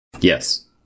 Yes